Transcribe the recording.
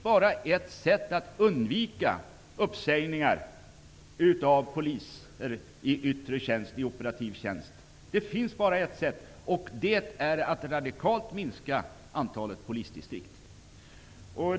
Det har ju dessutom gjorts stora utredningar som ligger till grund för detta. Det finns bara ett sätt, och det är att radikalt minska antalet polisdistrikt.